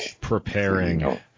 preparing